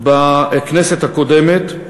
בכנסת הקודמת,